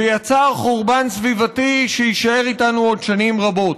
ויצר חורבן סביבתי שיישאר איתנו עוד שנים רבות.